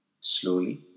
Slowly